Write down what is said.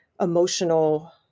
emotional